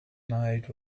night